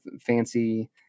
fancy